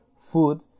food